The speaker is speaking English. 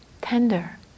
tender